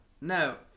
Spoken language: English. No